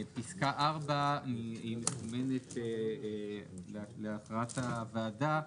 פסקה 4 מסומנת להתראת הוועדה.